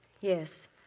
Yes